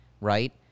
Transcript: right